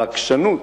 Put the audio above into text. העקשנות,